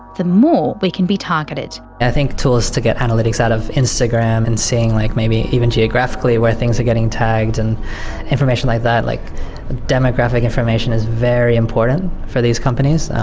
the more we can be targeted. i think tools to get analytics out of instagram and seeing like maybe even geographically where things are getting tagged and information like that, like demographic information is very important for these companies.